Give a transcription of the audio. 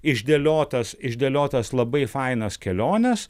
išdėliotas išdėliotas labai fainas keliones